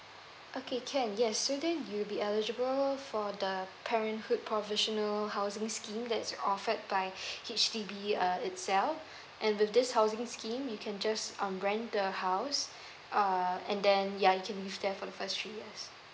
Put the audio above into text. okay can yes sudan you'll be eligible for the parenthood provisional housing scheme that is offered by H_D_B uh itself and with this housing scheme you can just um rent the house uh and then ya you can live there for the first three years